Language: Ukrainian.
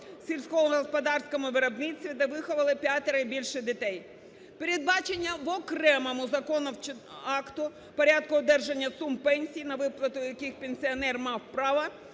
в сільськогосподарському виробництві та виховала п'ятеро і більше дітей; передбачення в окремому законодавчому акті порядку одержання сум пенсій, на виплату яких пенсіонер мав право,